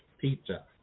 pizza